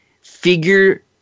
figure